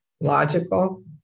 Logical